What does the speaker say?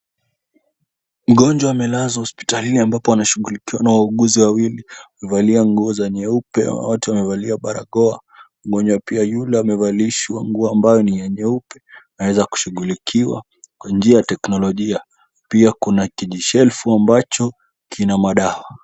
Mgonjwa amelazwa hospitalini ambapo anashughulikiwa na wauguzi wawili, wamevalia nguo za nyeupe, wote wamevalia barakoa. Mgonjwa pia yule amevalishwa nguo ambayo ni ya nyeupe. Anaweza kushughulikiwa kwa njia ya teknolojia. Pia kuna kijishelfu ambacho kina madawa.